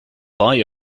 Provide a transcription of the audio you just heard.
boy